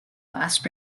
last